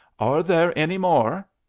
are there any more?